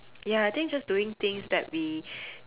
ya I think just doing things that we